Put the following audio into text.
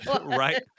Right